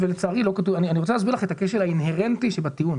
אני רוצה להסביר לך את הכשל האינהרנטי שבטיעון.